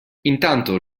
intanto